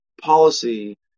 policy